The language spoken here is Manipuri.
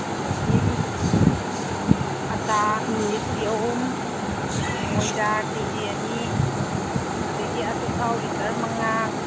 ꯑꯗꯒꯤ ꯑꯇꯥ ꯀꯦ ꯖꯤ ꯑꯍꯨꯝ ꯃꯣꯏꯗꯥ ꯀꯦ ꯖꯤ ꯑꯅꯤ ꯑꯗꯒꯤ ꯑꯆꯥꯊꯥꯎ ꯂꯤꯇꯔ ꯃꯉꯥ